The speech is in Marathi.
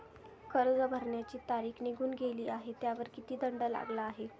कर्ज भरण्याची तारीख निघून गेली आहे त्यावर किती दंड लागला आहे?